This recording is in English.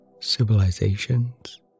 civilizations